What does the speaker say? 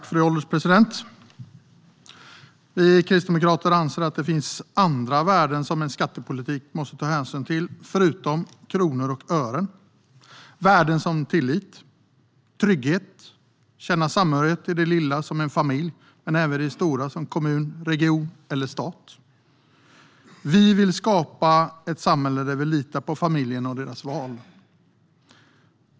Fru ålderspresident! Vi kristdemokrater anser att det finns andra värden som en skattepolitik måste ta hänsyn till förutom kronor och ören: värden som tillit, trygghet, att känna samhörighet i det lilla som en familj men även i det stora som kommun, region eller stat. Vi vill skapa ett samhälle där vi litar på familjerna och deras val.